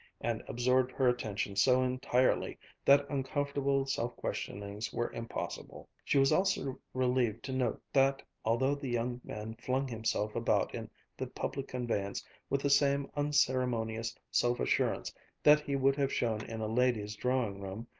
and absorbed her attention so entirely that uncomfortable self-questionings were impossible. she was also relieved to note that, although the young man flung himself about in the public conveyance with the same unceremonious self-assurance that he would have shown in a lady's drawing-room,